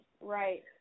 Right